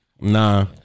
Nah